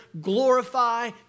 glorify